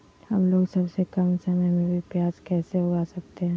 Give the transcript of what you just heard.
हमलोग सबसे कम समय में भी प्याज कैसे उगा सकते हैं?